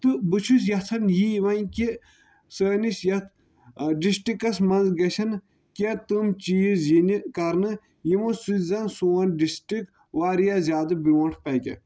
تہٕ بہٕ چھُس یژھان یی وۄنۍ کہِ سٲنِس یَتھ ڈسٹرکَس منٛز گژھَن کیٚنٛہہ تِم چیٖز یِنہِ کرنہٕ یِمو سۭتۍ زَن سون ڈسٹرک واریاہ زیادٕ برونٛہہ پَکہِ